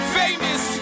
famous